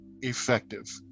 effective